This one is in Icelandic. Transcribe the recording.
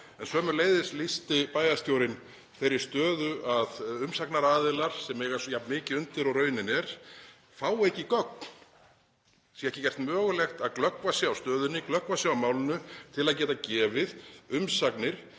En sömuleiðis lýsti bæjarstjórinn þeirri stöðu að umsagnaraðilar, sem eiga jafn mikið undir og raunin er, fái ekki gögn, sé ekki gert mögulegt að glöggva sig á stöðunni, glöggva sig á málinu til að geta gefið umsagnir